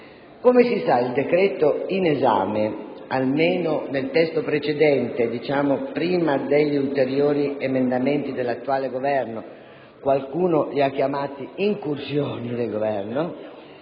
Come si sa, il decreto‑legge in esame, almeno nel testo precedente, vale a dire prima degli ulteriori emendamenti dell'attuale Governo (che qualcuno ha chiamato incursioni del Governo),